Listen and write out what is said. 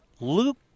Luke